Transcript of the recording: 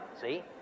see